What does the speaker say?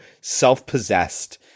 self-possessed